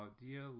dear